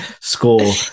score